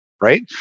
right